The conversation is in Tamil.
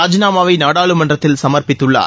ராஜினாமாவை நாடாளுமன்றத்தில் சமர்ப்பித்துள்ளார்